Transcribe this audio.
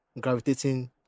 gravitating